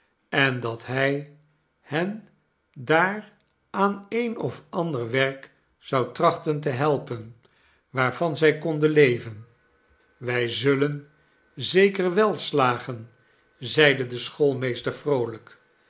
en dat hij hen daar aan eenofander werk zou trachten te helpen waarvan zij konden leven wij zuljen zeker wel slagen zeide de schoolmeester vroolijk